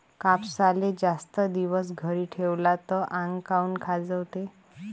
कापसाले जास्त दिवस घरी ठेवला त आंग काऊन खाजवते?